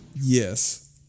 Yes